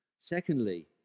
Secondly